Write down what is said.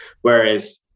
Whereas